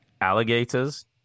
alligators